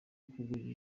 kukugirira